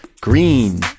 Green